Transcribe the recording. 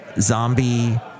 zombie